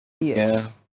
Yes